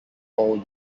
all